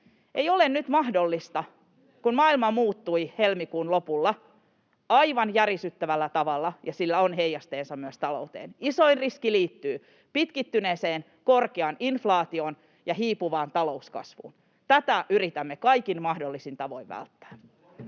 ei ole nyt mahdollinen, kun maailma muuttui helmikuun lopulla aivan järisyttävällä tavalla, ja sillä on heijasteensa myös talouteen. Isoin riski liittyy pitkittyneeseen korkeaan inflaatioon ja hiipuvaan talouskasvuun. Näitä yritämme kaikin mahdollisin tavoin välttää.